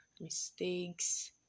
mistakes